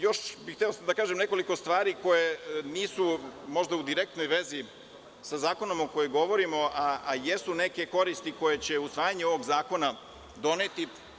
Hteo bih da kažem još nekoliko stvari koje možda nisu u direktnoj vezi sa zakonom o kojem govorimo, a jesu neke koristi koje će usvajanje ovog zakona doneti.